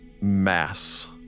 mass